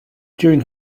during